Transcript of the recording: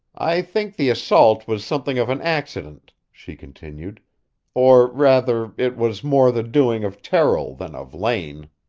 i think the assault was something of an accident, she continued or, rather, it was more the doing of terrill than of lane.